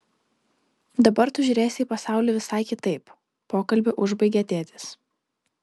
dabar tu žiūrėsi į pasaulį visai kitaip pokalbį užbaigė tėtis